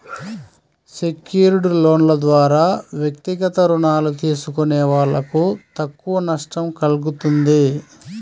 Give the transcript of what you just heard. secured లోన్ల ద్వారా వ్యక్తిగత రుణాలు తీసుకునే వాళ్ళకు తక్కువ నష్టం కల్గుతుంది